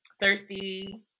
thirsty